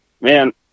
man